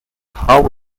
how